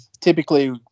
typically